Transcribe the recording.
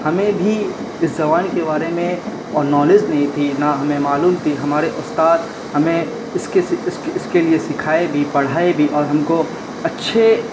ہمیں بھی اس زبان کے بارے میں اور نالج نہیں تھی نہ ہمیں معلوم تھی ہمارے استاد ہمیں اس کے اس کے لیے سکھائے بھی پڑھائے بھی اور ہم کو اچھے